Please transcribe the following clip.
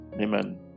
amen